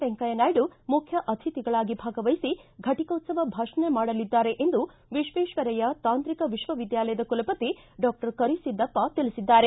ವೆಂಕಯ್ಯ ನಾಯ್ಡ ಮುಖ್ಯ ಅತಿಥಿಗಳಾಗಿ ಭಾಗವಹಿಸಿ ಫೆಟಿಕೋತ್ಸವ ಭಾಷಣ ಮಾಡಲಿದ್ದಾರೆ ಎಂದು ವಿಶ್ವೇಶ್ವರಯ್ಯ ತಾಂತ್ರಿಕ ವಿಶ್ವವಿದ್ಯಾಲಯದ ಕುಲಪತಿ ಡಾಕ್ಟರ್ ಕರಿಸಿದ್ದಪ್ಪ ತಿಳಿಸಿದ್ದಾರೆ